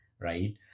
right